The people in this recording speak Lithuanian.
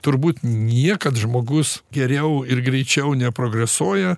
turbūt niekad žmogus geriau ir greičiau neprogresuoja